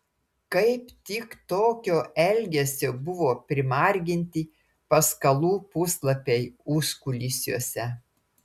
kaip tik tokio elgesio buvo primarginti paskalų puslapiai užkulisiuose